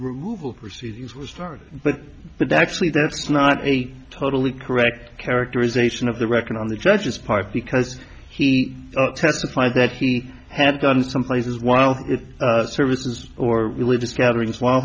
removal proceedings were started but but actually that's not a totally correct characterization of the record on the judge's part because he testified that he had done some places while it services or religious